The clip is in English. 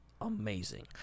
amazing